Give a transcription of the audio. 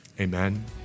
Amen